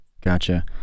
Gotcha